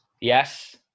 Yes